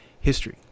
history